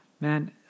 man